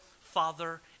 Father